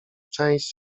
część